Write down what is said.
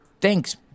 Thanks